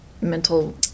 mental